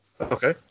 okay